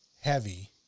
heavy